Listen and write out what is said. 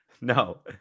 No